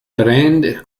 brand